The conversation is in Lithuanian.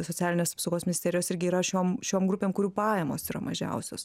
socialinės apsaugos ministerijos irgi yra šiom šiom grupėm kurių pajamos yra mažiausios